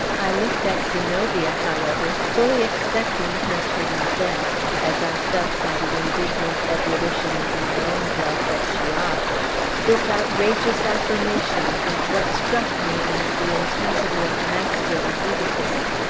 i looked at zenobia, however, fully expecting her to resent as i felt, by the indignant ebullition of my own blood, that she ought this outrageous affirmation of what struck me as the intensity of masculine egotism.